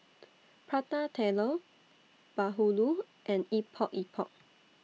Prata Telur Bahulu and Epok Epok